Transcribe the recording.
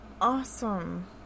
Awesome